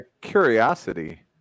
curiosity